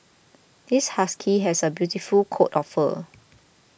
this husky has a beautiful coat of fur